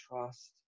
trust